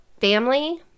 family